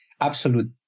absolute